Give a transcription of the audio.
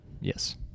Yes